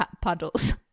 Puddles